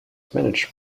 managed